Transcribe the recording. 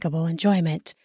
enjoyment